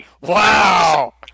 Wow